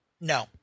No